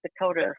Dakota